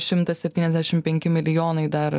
šimtas septyniasdešim penki milijonai dar